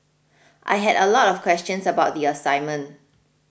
I had a lot of questions about the assignment